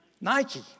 Nike